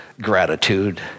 gratitude